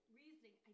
reasoning